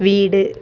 വീട്